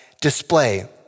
display